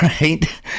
Right